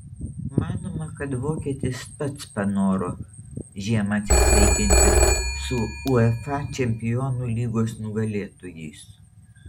manoma kad vokietis pats panoro žiemą atsisveikinti su uefa čempionų lygos nugalėtojais